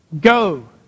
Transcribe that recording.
Go